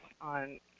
on